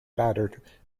battered